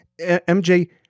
MJ